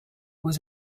was